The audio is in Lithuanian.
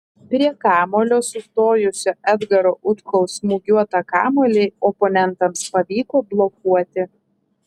prie kamuolio stojusio edgaro utkaus smūgiuotą kamuolį oponentams pavyko blokuoti